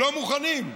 לא מוכנים.